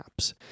apps